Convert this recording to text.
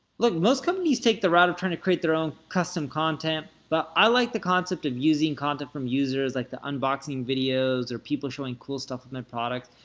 look, most companies take the route of trying to create their own custom content, but i like the concept and using content from users, like the unboxing videos, or people showing cool stuff from their products,